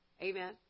Amen